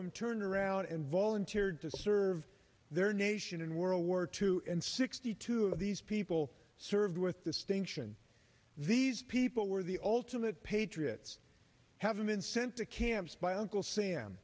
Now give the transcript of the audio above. them turned around and volunteered to serve their nation in world war two and sixty two of these people served with distinction these people were the ultimate patriots having been sent to campus by uncle sam